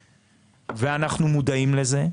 ואנחנו מודעים לזה.